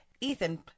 Ethan